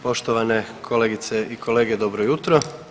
Poštovane kolegice i kolege dobro jutro.